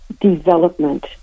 development